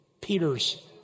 Peter's